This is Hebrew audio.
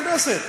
ערוץ הכנסת.